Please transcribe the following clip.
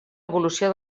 evolució